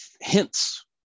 hints